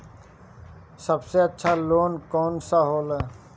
सबसे अच्छा लोन कौन सा होला?